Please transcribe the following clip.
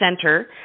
center